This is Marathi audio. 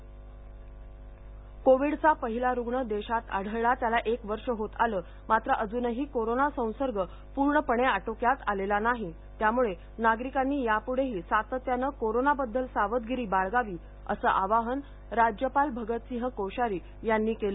राज्यपाल कोविडचा पहिला रुग्ण देशात आढळला त्याला एक वर्ष होत आलंमात्र अजूनही कोरोना संसर्ग पूर्णपणे आटोक्यात आलेला नाही त्यामुळे नागरिकांनी यापुढेही सातत्याने कोरोनाबद्दल सावधगिरी बाळगावी असं आवाहन राज्यपाल भगतसिंह कोश्यारी यांनी केलं